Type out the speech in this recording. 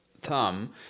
thumb